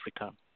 Africa